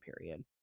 period